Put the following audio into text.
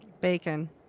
Bacon